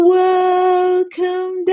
welcome